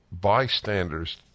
bystanders